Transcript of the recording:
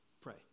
Pray